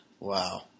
Wow